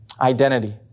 Identity